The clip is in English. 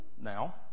now